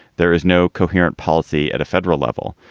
there is no coherent policy at a federal level.